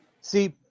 See